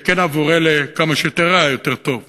שכן עבור אלה כמה שיותר רע יותר טוב.